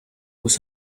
muss